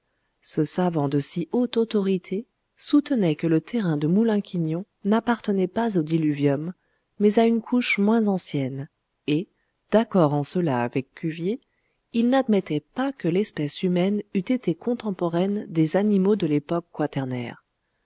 ce savant de si haute autorité soutenait que le terrain de moulin quignon n'appartenait pas au diluvium mais à une couche moins ancienne et d'accord en cela avec cuvier il n'admettait pas que l'espèce humaine eût été contemporaine des animaux de l'époque